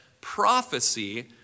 prophecy